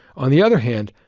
on the other hand,